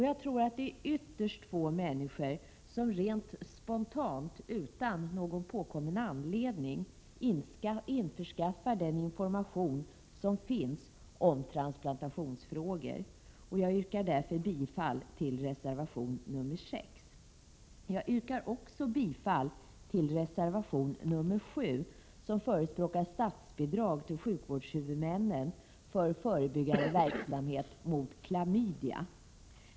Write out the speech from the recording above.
Jag tror att det är ytterst få människor som rent spontant, utan någon påkommen anledning, skaffar den information som finns om transplantationsfrågor. Jag yrkar bifall till reservation nr 6. Jag yrkar också bifall till reservation nr 7, där vi förespråkar statsbidrag till sjukvårdshuvudmännen för förebyggande verksamhet mot klamydia.